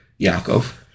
Yaakov